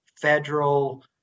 federal